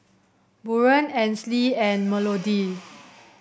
Buren Ansley and Melodee